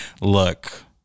look